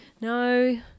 No